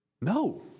No